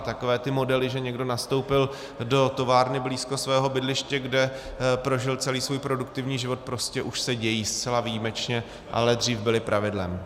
Takové ty modely, že někdo nastoupil do továrny blízko svého bydliště, kde prožil celý svůj produktivní život, už se dějí zcela výjimečně, ale dřív byly pravidlem.